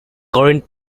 current